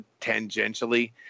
tangentially